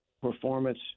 performance